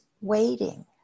waiting